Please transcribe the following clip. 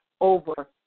over